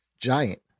giant